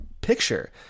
picture